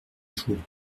joie